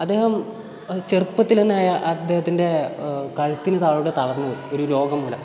അദ്ദേഹം ചെറുപ്പത്തിൽ തന്നെ അദ്ദേഹത്തിൻ്റെ കഴുത്തിന് താഴോട്ട് തളർന്ന് പോയി ഒരു രോഗം മൂലം